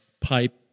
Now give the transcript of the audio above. pipe